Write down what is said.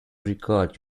regard